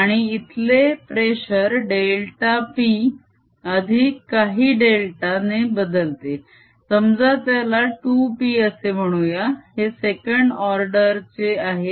आणि इथले pressure delta p अधिक काही डेल्टा ने बदलते - समजा त्याला 2 p असे म्हणूया हे सेकंड ऑर्डर चे आहे